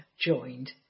joined